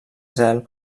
zel